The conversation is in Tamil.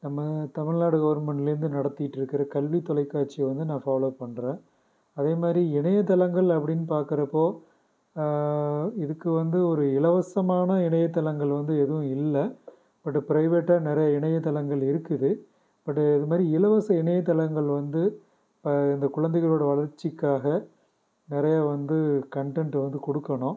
நம்ம தமிழ்நாடு கவர்மெண்ட்லேந்து நடத்திட்டு இருக்கிற கல்வி தொலைக்காட்சி வந்து நான் ஃபால்லோவ் பண்றேன் அதேமாதிரி இணையதளங்கள் அப்படின்னு பார்க்குறப்போ இதுக்கு வந்து ஒரு இலவசமான இணையதளங்கள் வந்து எதுவும் இல்லை பட் பிரைவேட்டாக நிறைய இணையதளங்கள் இருக்குது பட் இதுமாதிரி இலவச இணையதளங்கள் வந்து இந்த குழந்தைகளோட வளர்ச்சிக்காக நிறையா வந்து கன்டென்ட் வந்து கொடுக்கணும்